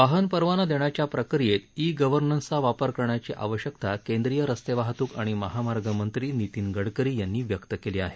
वाहन परवाना देण्याच्या प्रक्रियेत ई गव्हर्नन्सचा वापर करण्याची आवश्यकता केंद्रीय रस्ते वाहतूक आणि महामार्ग मंत्री नितीन गडकरी यांनी व्यक्त केली आहे